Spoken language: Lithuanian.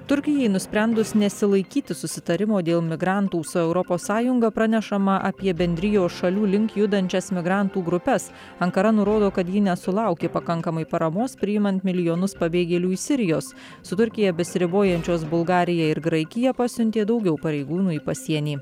turkijai nusprendus nesilaikyti susitarimo dėl migrantų su europos sąjunga pranešama apie bendrijos šalių link judančias migrantų grupes ankara nurodo kad ji nesulaukė pakankamai paramos priimant milijonus pabėgėlių iš sirijos su turkija besiribojančios bulgarija ir graikija pasiuntė daugiau pareigūnų į pasienį